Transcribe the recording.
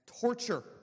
torture